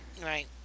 Right